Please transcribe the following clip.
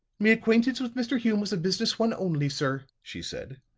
me acquaintance with mr. hume was a business one only, sir, she said.